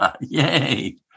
yay